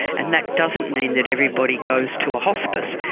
and that doesn't mean that everybody goes to a hospice,